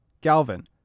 Galvin